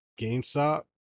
GameStop